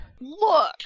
look